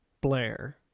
Blair